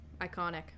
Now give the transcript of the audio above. iconic